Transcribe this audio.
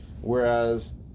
Whereas